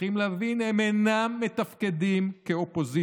צריכים להבין: הם אינם מתפקדים כאופוזיציה.